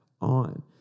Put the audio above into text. on